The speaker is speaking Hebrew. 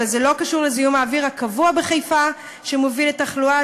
אבל זה לא קשור לזיהום האוויר הקבוע בחיפה שמוביל לתחלואה,